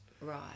Right